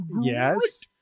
Yes